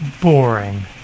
boring